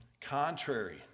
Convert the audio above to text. Contrary